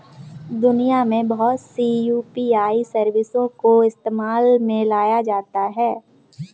दुनिया में बहुत सी यू.पी.आई सर्विसों को इस्तेमाल में लाया जाता है